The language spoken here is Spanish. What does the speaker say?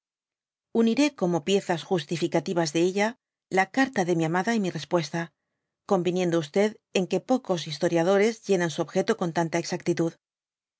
tjniré oonie piezas justificativas de ella la carta de mi amada y mi repuesta conviniendo en que pocos historiadores llenan su objeto con tanta exactitud